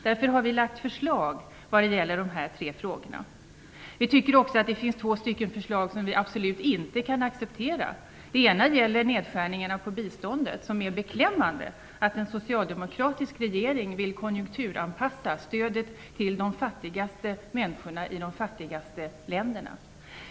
Därför har vi lagt fram förslag när det gäller dessa tre frågor. Vi tycker också att det finns två förslag som vi absolut inte kan acceptera. Det ena gäller nedskärningarna av biståndet. Det är beklämmande att en socialdemokratisk regering vill konjunkturanpassa stödet till de fattigaste människorna i de fattigaste länderna.